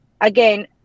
again